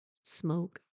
smoke